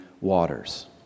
waters